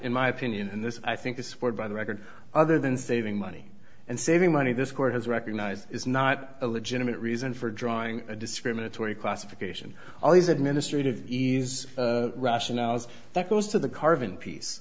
in my opinion and this i think is supported by the record other than saving money and saving money this court has recognized is not a legitimate reason for drawing a discriminatory classification all these administrative ease rationales that goes to the carving piece